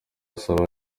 saba